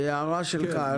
הערה שלך ערן.